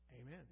Amen